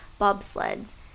bobsleds